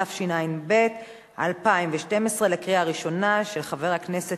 9. כמו שאמר יושב-ראש ועדת